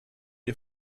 ihr